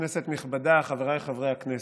כנסת נכבדה, חבריי חברי הכנסת,